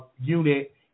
unit